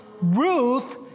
Ruth